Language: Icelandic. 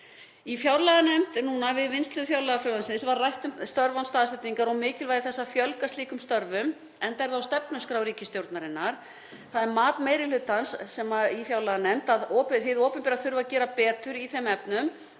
Í fjárlaganefnd var við vinnslu fjárlagafrumvarpsins rætt um störf án staðsetningar og mikilvægi þess að fjölga slíkum störfum, enda er það á stefnuskrá ríkisstjórnarinnar. Það er mat meiri hlutans í fjárlaganefnd að hið opinbera þurfi að gera betur í þeim efnum